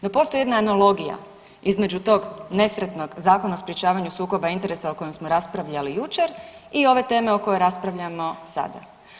No, postoji jedna analogija između tog nesretnog Zakona o sprječavanju sukoba interesa o kojem smo raspravljali jučer i ove teme o kojoj raspravljamo sada.